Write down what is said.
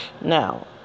Now